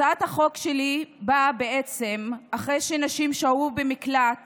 הצעת החוק שלי באה בעצם אחרי שנשים ששהו במקלט